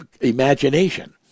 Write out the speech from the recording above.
imagination